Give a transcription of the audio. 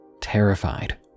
Terrified